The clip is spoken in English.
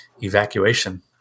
evacuation